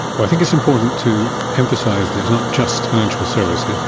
i think it's important to emphasise that it's not just financial services,